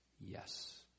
Yes